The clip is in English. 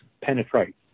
penetrate